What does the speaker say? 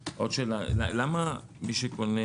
למה מי שקונה